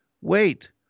wait